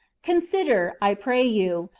consider, i pray you,